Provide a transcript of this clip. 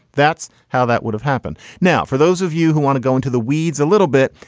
that's how that would have happened. now, for those of you who want to go into the weeds a little bit,